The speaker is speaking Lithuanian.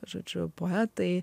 žodžiu poetai